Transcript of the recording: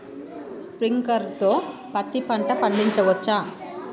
Sprinkler తో పత్తి పంట పండించవచ్చా?